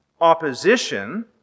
opposition